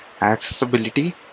Accessibility